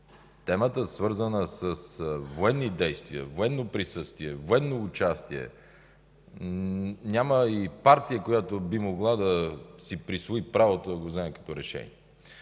темата, свързана с военни действия, военно присъствие, военно участие, няма партия, която би могла да си присвои правото да вземе като решение.